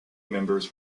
members